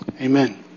Amen